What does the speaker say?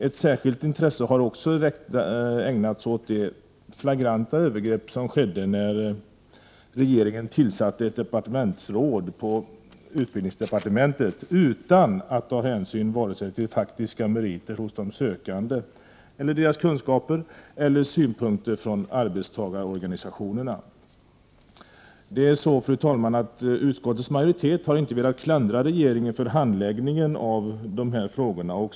Ett särskilt intresse har också ägnats åt det flagranta övergrepp som skedde när regeringen tillsatte ett departementsråd på utbildningsdepartementet utan att ta hänsyn vare sig till faktiska meriter och kunskaper hos de sökande eller till synpunkter från arbetstagarorganisationerna. Fru talman! Utskottets majoritet har inte velat klandra regeringen för handläggningen av de här frågorna.